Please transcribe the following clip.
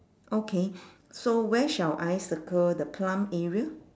okay so where shall I circle the plum area